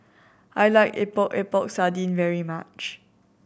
I like Epok Epok Sardin very much